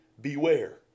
beware